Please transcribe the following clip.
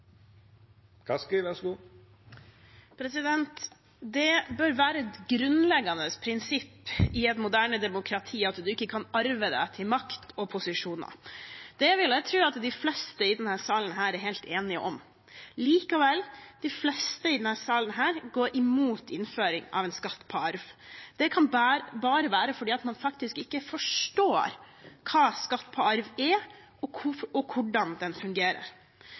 Det bør være et grunnleggende prinsipp i et moderne demokrati at en ikke kan arve seg til makt og posisjoner. Det vil jeg tro at de fleste i denne salen er helt enige om. Likevel: De fleste i denne salen går imot innføring av en skatt på arv. Det kan bare være fordi man faktisk ikke forstår hva skatt på arv er, og hvordan den fungerer.